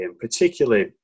particularly